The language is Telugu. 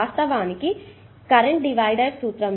వాస్తవానికి ఇది కరెంట్ డివైడర్ సూత్రం